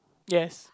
yes